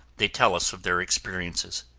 they tell us of their experiences.